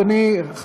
אדוני,